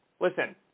Listen